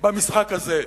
במשחק הזה.